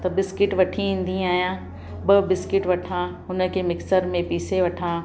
त बिस्किट वठी ईंदी आहियां ॿ बिस्किट वठां हुन खे मिक्सर में पीसे वठां